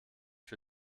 für